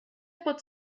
pot